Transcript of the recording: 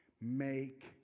make